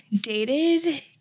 dated